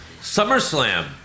SummerSlam